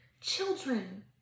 children